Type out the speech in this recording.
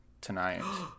tonight